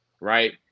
Right